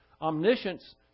Omniscience